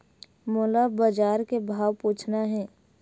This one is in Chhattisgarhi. मोला बजार के भाव पूछना हे?